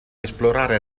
esplorare